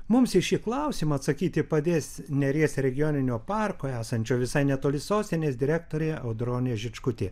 mums į šį klausimą atsakyti padės neries regioninio parko esančio visai netoli sostinės direktorė audronė žičkutė